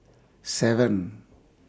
seven